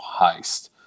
heist